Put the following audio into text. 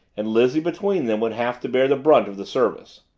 and lizzie between them would have to bear the brunt of the service.